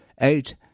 Eight